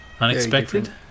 unexpected